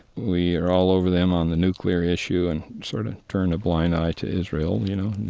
we're all over them on the nuclear issue and sort of turn a blind eye to israel, you know,